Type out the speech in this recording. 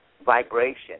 vibration